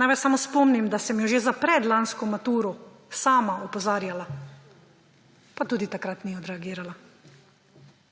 Naj vas samo spomnim, da sem jo že za predlansko maturo sama opozarjala, pa tudi takrat ni odreagirala.